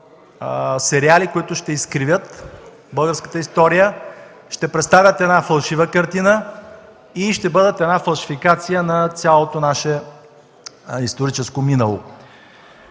сериали, които ще изкривят българската история, ще представят една фалшива картина и ще бъдат една фалшификация на цялото наше историческо минало.